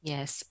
Yes